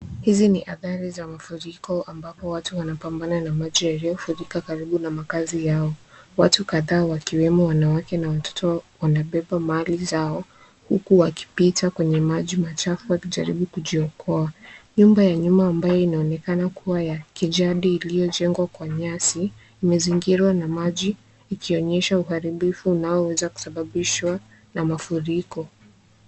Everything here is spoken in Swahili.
Hizi ni athari za mafuriko ambapo watu wanapambana na mafuriko yaliyojaa karibu na makazi yao. Watu kadhaa wakiwemo wanawake na watoto wanabeba mali zao huku wakipita kwenye maji machafu wakijaribu kujiokoa. Nyumba ya nyuma ambayo inaonekana kuwa ya kijadi iliyojengwa kwa nyasi. Imezingirwa na maji ikionyesha uharibifu unaoweza kusababisha na mafuriko.